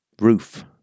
roof